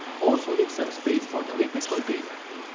also leave so space fore the liquid container.